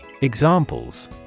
Examples